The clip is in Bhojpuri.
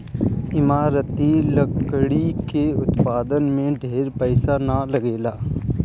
इमारती लकड़ी के उत्पादन में ढेर पईसा ना लगेला